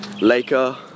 Laker